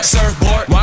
Surfboard